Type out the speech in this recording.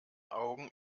augen